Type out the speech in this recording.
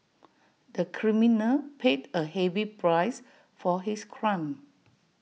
the criminal paid A heavy price for his crime